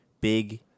big